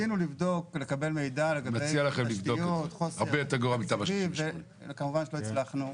ניסינו לבדוק ולקבל מידע לגבי תשתיות וכמובן שלא הצלחנו.